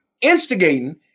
instigating